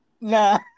No